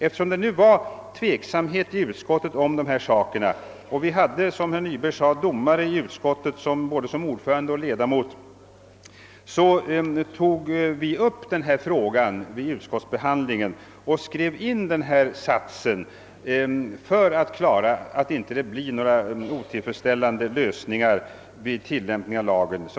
Eftersom det rådde tveksamhet i utskottet om dessa saker och vi där — som herr Nyberg nämnde — hade domare både som ordförande och bland ledamöterna, tog vi upp denna fråga vid utskottsbehandlingen och skrev in ett särskilt uttalande i utlåtandet för att undvika otillfredsställande lösningar vid tillämpningen av lagen.